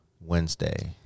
Wednesday